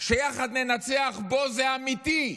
שיחד ננצח בו, זה אמיתי,